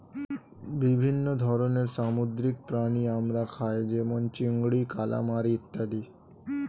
বিভিন্ন ধরনের সামুদ্রিক প্রাণী আমরা খাই যেমন চিংড়ি, কালামারী ইত্যাদি